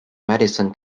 madison